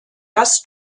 das